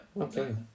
okay